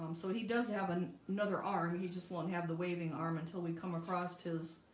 um so he does have an another arm he just won't have the waving arm until we come across his